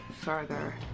further